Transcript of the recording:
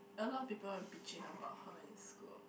a lot people bitching about her in school